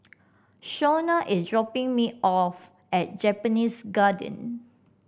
Shawna is dropping me off at Japanese Garden